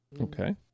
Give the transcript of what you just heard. okay